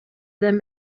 them